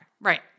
Right